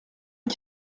est